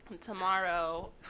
tomorrow